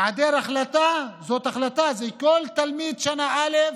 היעדר החלטה זאת החלטה, כל תלמיד שנה א'